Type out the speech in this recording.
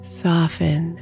soften